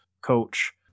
coach